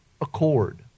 accord